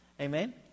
Amen